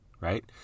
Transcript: right